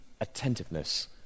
attentiveness